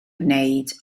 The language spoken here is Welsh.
wneud